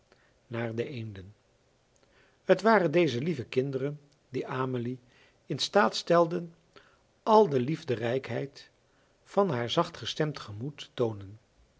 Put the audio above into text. naar de eenden het waren deze lieve kinderen die amelie in staat stelden al de liefderijkheid van haar zachtgestemd gemoed te toonen